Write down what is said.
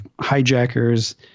hijackers